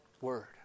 word